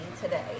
today